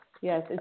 Yes